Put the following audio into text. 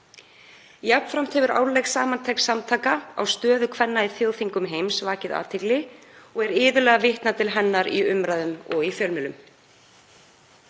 Jafnframt hefur árleg samantekt samtakanna á stöðu kvenna í þjóðþingum heims vakið athygli og er iðulega vitnað til hennar í umræðum og í fjölmiðlum.